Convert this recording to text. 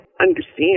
understand